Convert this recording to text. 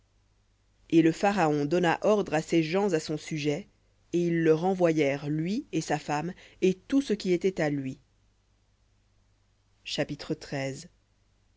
et le pharaon donna ordre à ses gens à son sujet et ils le renvoyèrent lui et sa femme et tout ce qui était à lui